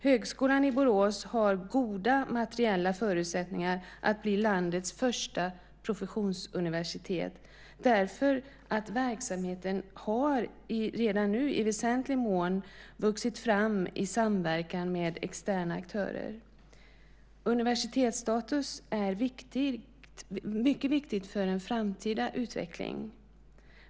Högskolan i Borås har goda materiella förutsättningar att bli landets första professionsuniversitet därför att verksamheten redan nu i väsentlig mån har vuxit fram i samverkan med externa aktörer. Universitetsstatus är mycket viktigt för en framtida utveckling.